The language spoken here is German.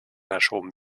verschoben